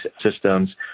systems